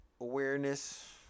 awareness